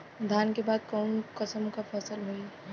धान के बाद कऊन कसमक फसल होई?